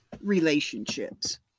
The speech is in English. relationships